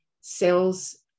sales